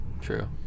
True